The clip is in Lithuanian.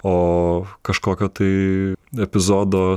o kažkokio tai epizodo